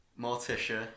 Morticia